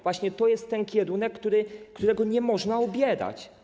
Właśnie to jest ten kierunek, którego nie można obierać.